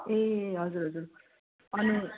ए हजुर हजुर अनि